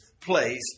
place